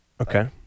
Okay